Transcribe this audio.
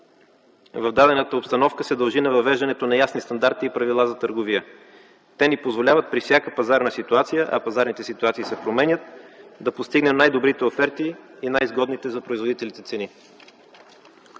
в дадената обстановка се дължи на въвеждането на ясни стандарти и правила за търговия. Те ни позволяват при всяка пазарна ситуация, а пазарните ситуации се променят, да постигнем най-добрите оферти и най-изгодните за производителите цени.